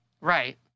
Right